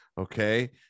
Okay